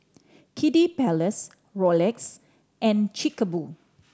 Kiddy Palace Rolex and Chic a Boo